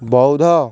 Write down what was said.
ବୌଦ୍ଧ